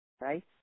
right